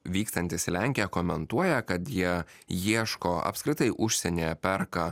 vykstantys į lenkiją komentuoja kad jie ieško apskritai užsienyje perka